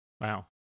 Wow